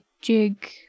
jig